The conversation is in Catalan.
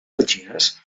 petxines